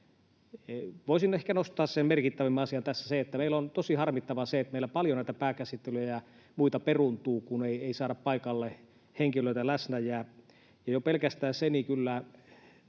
voisin ehkä nostaa sen merkittävimmän asian tässä, että on tosi harmittavaa se, että meillä paljon näitä pääkäsittelyjä ja muita peruuntuu, kun ei saada paikalle henkilöitä läsnä oleviksi, ja jo pelkästään se kyllä